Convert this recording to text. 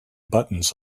buttons